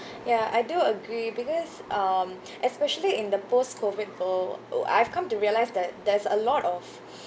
ya I do agree because um especially in the post COVID world oh I've come to realise that there's a lot of